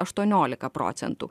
aštuoniolika procentų